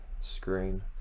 screen